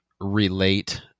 relate